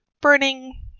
burning